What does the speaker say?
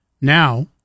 Now